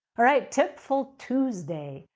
all right, tipful tuesday.